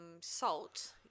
salt